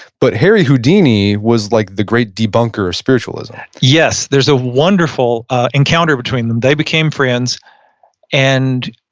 but harry houdini was like the great debunker spiritualism yes, there's a wonderful encounter between them. they became friends and